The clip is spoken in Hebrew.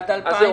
עד מתי?